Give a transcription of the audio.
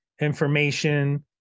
information